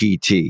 PT